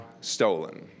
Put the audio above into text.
stolen